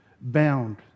bound